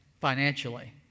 financially